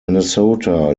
minnesota